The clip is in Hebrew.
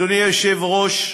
אדוני היושב-ראש,